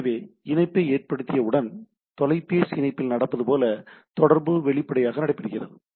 எனவே இணைப்பை ஏற்படுத்தியவுடன் தொலைபேசி இணைப்பில் நடப்பது போல தொடர்பு வெளிப்படையாக நடைபெருகிறது